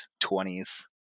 20s